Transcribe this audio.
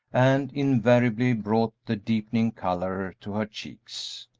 and invariably brought the deepening color to her cheeks.